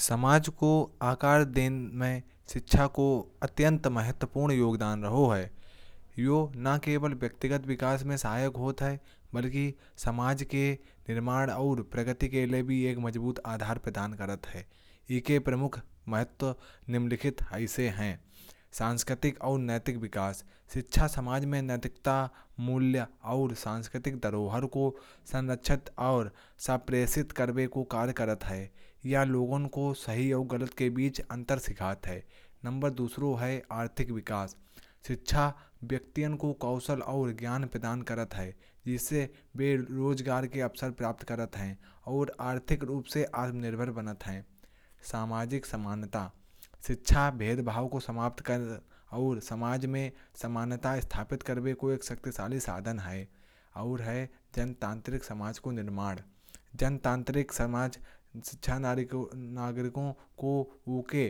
समाज को आकार देने में शिक्षा को अत्यंत महत्वपूर्ण योगदान रहो है। यो न केवल व्यक्तिगतर विकास में सहायक बहुत है। बल्कि समाज के निर्माण और प्रगति के लिये भी एक मजबूत आधार प्रदान करत है। ई के प्रमुख महत्त्व निम्नलिखित हाइस हैं। सांस्कृतिक और नैतिक विकास। शिक्षा समाज में नैतिकता मूल्य और सांस्कृतिक धरोहर को संरक्षक और सप्रेषित करावे को कार्य करत है। या लोगों को सही और गलत के बीच अंतर सिखात है। नंबर दूसरों है आर्थिक विकास। शिक्षा व्यक्तियों को कौशल और ज्ञान प्रदान करत है। जिससे वे रोजगार के अवसर प्राप्त करत हैं। और आर्थिक रूप से आत्मनिर्भर बनत हैं सामाजिक समानता। शिक्षा भेदभाव को समाप्त कर और समाज में समानता स्थापित करने को एक शक्तिशाली साधन है। जनतांत्रिक समाज का निर्माण। शिक्षा जनतांत्रिक समाज का निर्माण करत है। शिक्षा नागरिक को उनके